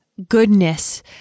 goodness